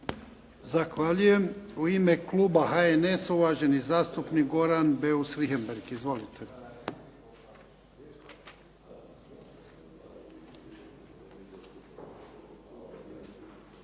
Zahvaljujem. U ime kluba HNS-a uvaženi zastupnik Goran Beus Richembergh. Izvolite.